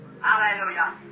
Hallelujah